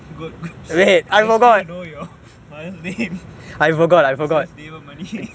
good good I still know your mother's name it's just missus thavamani